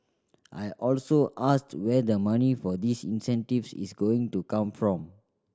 I also asked where the money for these incentives is going to come from